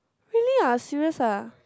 really ah serious ah